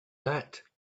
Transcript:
that